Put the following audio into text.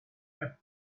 have